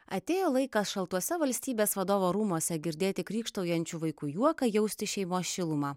atėjo laikas šaltuose valstybės vadovo rūmuose girdėti krykštaujančių vaikų juoką jausti šeimos šilumą